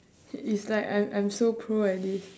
it's like I'm I'm so pro at this